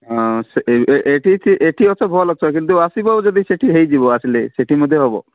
ହଁ ସେ ଏଠି ଅଛ ଭଲ ଅଛ କିନ୍ତୁ ଆସିବ ଯଦି ସେଇଠି ହେଇଯିବ ଆସିଲେ ସେଇଠି ମଧ୍ୟ ହବ